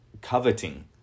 coveting